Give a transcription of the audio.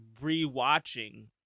re-watching